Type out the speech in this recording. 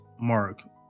Mark